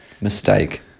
Mistake